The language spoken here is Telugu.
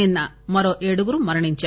నిన్న మరో ఏడుగురు మరణించారు